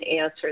answer